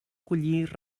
collir